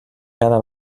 cada